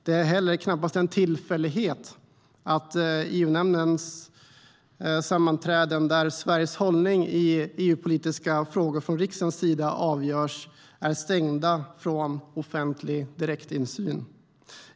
Det är heller knappast en tillfällighet att EU-nämndens sammanträden, där Sveriges hållning i EU-politiska frågor från riksdagens sida avgörs, är stängda för offentlig direktinsyn.